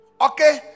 okay